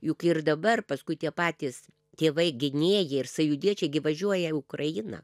juk ir dabar paskui tie patys tėvai gynėjai ir sąjūdiečiai gi važiuoja ukrainą